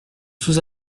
sous